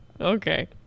Okay